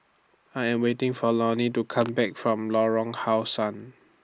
I Am waiting For Lorne to Come Back from Lorong How Sun